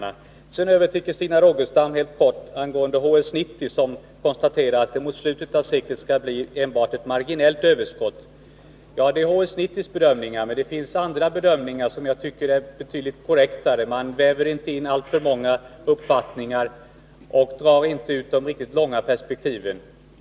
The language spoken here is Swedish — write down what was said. Sedan vill jag helt kort gå över till att bemöta Christina Rogestam, som anför att HS 90 konstaterar, att det mot slutet av seklet skall bli enbart ett marginellt överskott. Ja, det är HS 90:s bedömningar, men det finns andra bedömningar som jag tycker är betydligt mer korrekta. HS 90 väver inte in alltför många uppfattningar och drar inte ut de riktiga långa perspektiven.